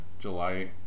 July